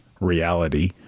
reality